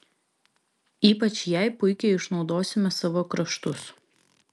ypač jai puikiai išnaudosime savo kraštus